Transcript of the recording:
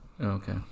Okay